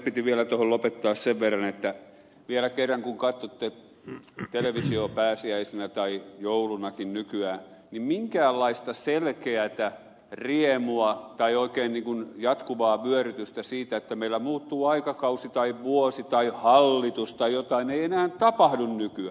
piti vielä tuohon loppuun sanoa sen verran vielä kerran että kun katsotte televisiota pääsiäisenä tai joulunakin nykyään niin minkäänlaista selkeätä riemua tai oikein jatkuvaa vyörytystä siitä että meillä muuttuu aikakausi tai vuosi tai hallitus tai jotain ei enää tapahdu nykyään